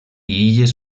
illes